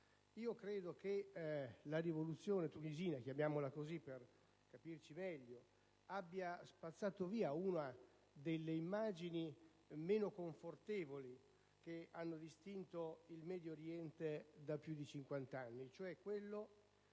Io credo che la rivoluzione tunisina - chiamiamola così per capirci meglio - abbia spazzato via una delle immagini meno confortevoli che hanno distinto il Medio Oriente da più di cinquant'anni, cioè quella